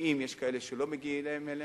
ואם יש כאלה שלא מגיעים אליהם,